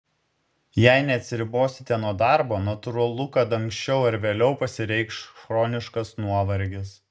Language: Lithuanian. jei neatsiribosite nuo darbo natūralu kad anksčiau ar vėliau pasireikš chroniškas nuovargis